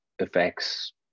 affects